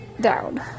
down